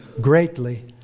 greatly